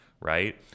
right